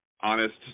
honest